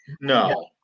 No